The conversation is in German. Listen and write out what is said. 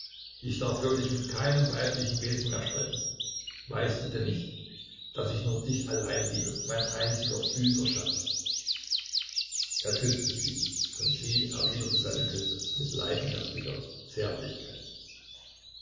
ich darf wirklich mit keinem weiblichen wesen mehr sprechen weißt du denn nicht daß ich nur dich allein liebe mein einziger süßer schatz er küßte sie und sie erwiderte seine küsse mit leidenschaftlicher zärtlichkeit